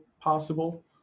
possible